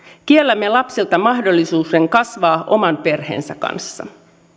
kiellämme lapsilta mahdollisuuden kasvaa oman perheensä kanssa